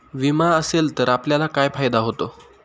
विमा असेल तर आपल्याला काय फायदा होतो?